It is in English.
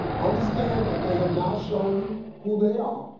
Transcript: understand that they have now shown you who they are,